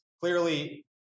clearly